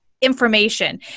information